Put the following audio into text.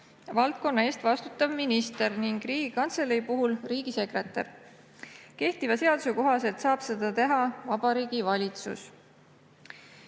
valdkonna eest vastutav minister ning Riigikantselei puhul riigisekretär. Kehtiva seaduse kohaselt saab seda teha Vabariigi Valitsus.